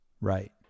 Right